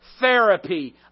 therapy